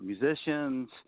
musicians